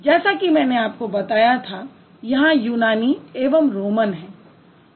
जैसा कि मैंने आपको बताया था यहाँ यूनानी एवं रोमन है